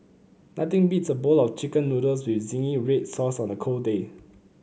nothing beats a bowl of chicken noodles with zingy red sauce on a cold day